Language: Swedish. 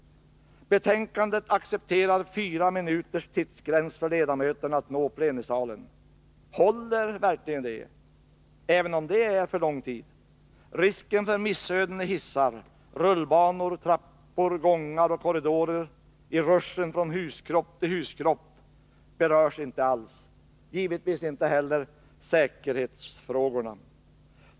Betänkandet accepterar en tidsgräns på fyra minuter för ledamöterna att nå plenisalen. Håller verkligen det — även om det är en för lång tid? Risken för missöden i hissar, rullbanor, trappor, gångar och korridorer i ruschen från huskropp till huskropp berörs inte alls. Givetvis berörs inte heller säkerhetsfrågorna.